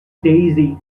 daisy